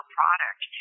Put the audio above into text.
product